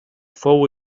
fou